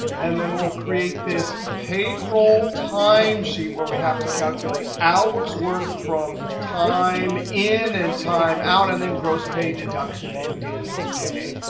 and then we'll create this payroll time sheet where we have to calculate hours worked from time in and time out, and then gross pay deduction, and day's pay.